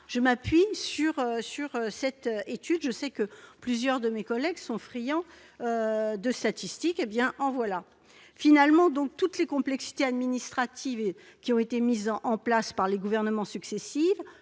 je m'appuie là sur une étude. Je sais que plusieurs de mes collègues sont friands de statistiques : eh bien, en voilà ! Finalement, toutes les complexités administratives qui ont été mises en place par les gouvernements successifs